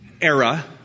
era